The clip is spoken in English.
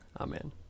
Amen